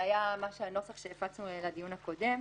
זה הנוסח שהפצנו לדיון הקודם.